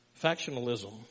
Factionalism